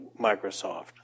Microsoft